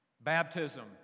baptism